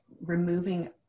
removing